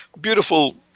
beautiful